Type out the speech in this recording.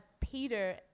Peter